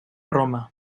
roma